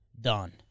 Done